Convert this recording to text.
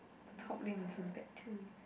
top lane is on that too